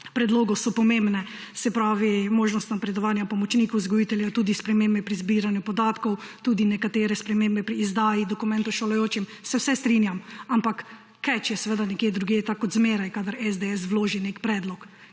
predlogu, so pomembne, se pravi možnost napredovanja pomočnikov vzgojiteljev, tudi spremembe pri zbiranju podatkov, tudi nekatere spremembe pri izdaji dokumentov šolajočim, se vse strinjam. Ampak catch je seveda nekje druge, tako kot zmeraj, kadar SDS vloži nek predlog.